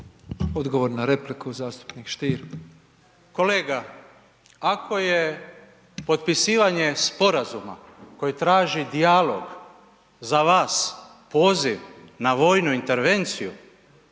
Odgovor na repliku zastupnik Stier. **Stier, Davor Ivo (HDZ)** Kolega, ako je potpisivanje sporazuma koji traži dijalog, za vas poziv na vojnu intervenciju,